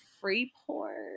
Freeport